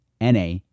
na